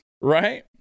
right